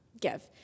give